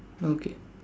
okay